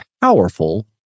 powerful